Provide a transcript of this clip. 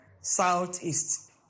Southeast